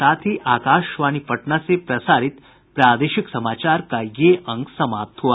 इसके साथ ही आकाशवाणी पटना से प्रसारित प्रादेशिक समाचार का ये अंक समाप्त हुआ